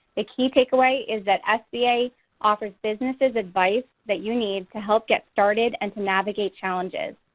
ah key takeaway is that sba offers businesses advice that you need to help get started and to navigate challenges.